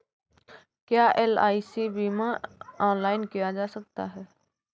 क्या एल.आई.सी बीमा ऑनलाइन किया जा सकता है?